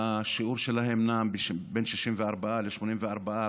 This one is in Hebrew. השיעור שלהם נע בין 64% ל-84%,